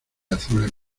azules